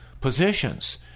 positions